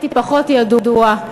פחות ידוע,